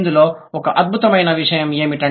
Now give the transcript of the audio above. ఇందులో ఒక అద్భుతమైన విషయం ఏమిటి